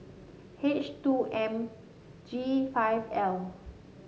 H two M G five L